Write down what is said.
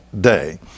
day